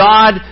God